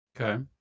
Okay